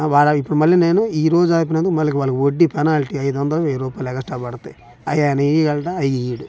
వాళ్ళకు ఇప్పుడు మళ్ళీ నేను ఈరోజు ఆపినందుకు నేను మళ్ళీ ఇక మళ్ళి ఇంకా వడ్డీ పెనాల్టి ఐదు వందలు నుంచి వేయిరుపాయలు ఎగస్ట్రా పడతాయి అవన్నీ ఇవ్వగలడా అవి ఇవ్వడు ఇవ్వడు